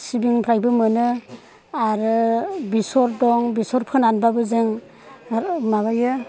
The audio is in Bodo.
सिबिंनिफ्रायबो मोनो आरो बेसर दं बेसर फोनानैबाबो जों माबायो